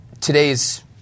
today's